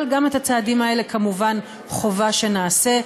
אבל גם את הצעדים האלה כמובן חובה שנעשה,